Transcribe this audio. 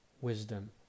wisdom